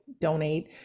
donate